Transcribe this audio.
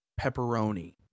pepperoni